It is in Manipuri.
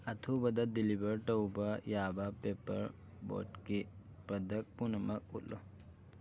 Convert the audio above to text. ꯑꯊꯨꯕꯗ ꯗꯤꯂꯤꯕꯔ ꯇꯧꯕ ꯌꯥꯕ ꯄꯦꯄꯔ ꯕꯣꯠꯀꯤ ꯄ꯭ꯔꯗꯛ ꯄꯨꯝꯅꯃꯛ ꯎꯠꯂꯨ